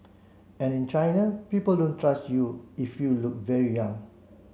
and in China people don't trust you if you look very young